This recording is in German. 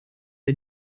der